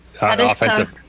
Offensive